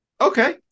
Okay